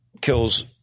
kills